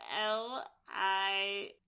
L-I-